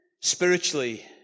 Spiritually